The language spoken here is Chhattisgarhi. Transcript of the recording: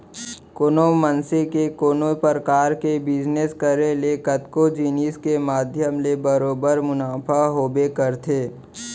कोनो मनसे के कोनो परकार के बिजनेस करे ले कतको जिनिस के माध्यम ले बरोबर मुनाफा होबे करथे